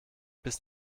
bis